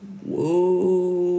whoa